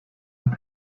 het